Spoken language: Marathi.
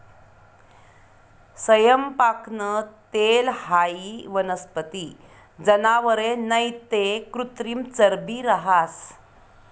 सैयपाकनं तेल हाई वनस्पती, जनावरे नैते कृत्रिम चरबी रहास